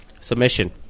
Submission